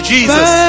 Jesus